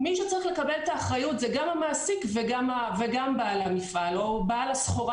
מי שצריך לקבל את האחריות זה גם המעסיק וגם בעל המפעל או בעל הסחורה,